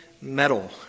medal